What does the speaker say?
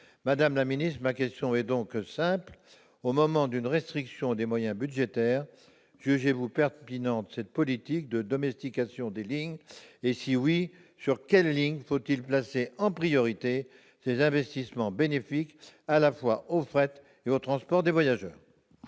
Madame la secrétaire d'État, ma question est donc simple : en période de restriction des moyens budgétaires, jugez-vous pertinente cette politique de domestication des lignes et, si oui, sur quelles lignes faut-il placer en priorité ces investissements bénéfiques à la fois au fret et au transport de voyageurs ?